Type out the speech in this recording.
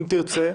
אם תרצה,